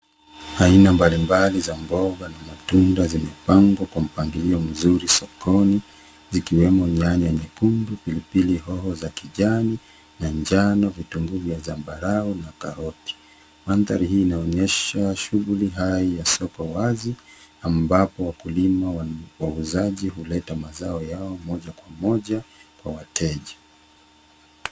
Aina mbalimbali za mboga na matunda zimepangwa kwa mpangilio mzuri sokoni zikiwemo nyanya nyekundu, pilipili hoho za kijani na njano, vitunguu vya zambarau na karoti. Mandhari hii inaonyesha shughuli hai ya soko wazi ambapo wakulima wauzaji huleta mazao yao moja kwa moja kwa wateja.